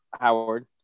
Howard